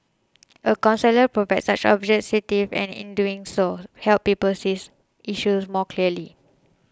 a counsellor provides such objectivity and in doing so helps people see issues more clearly